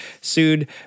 sued